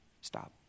Stop